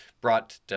brought